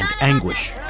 anguish